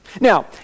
Now